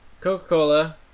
Coca-Cola